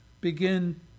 begin